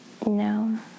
No